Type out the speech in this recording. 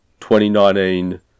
2019